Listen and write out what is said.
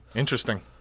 Interesting